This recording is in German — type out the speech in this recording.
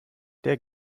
der